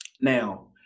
Now